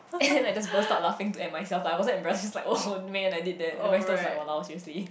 and then I just burst out laughing to at myself but I wasn't embarrassed just like oh man I did that and then my sister was like !walao! seriously